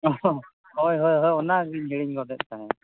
ᱚᱼᱦᱚ ᱦᱚᱭ ᱦᱚᱭ ᱚᱱᱟᱜᱮᱧ ᱦᱤᱲᱤᱧ ᱜᱚᱫᱮᱜ ᱛᱟᱦᱮᱸᱫ